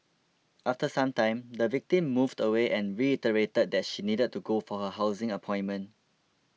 after some time the victim moved away and reiterated that she needed to go for her housing appointment